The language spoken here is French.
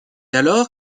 alors